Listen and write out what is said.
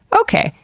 okay,